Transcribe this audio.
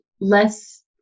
less